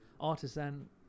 artisan